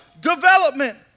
development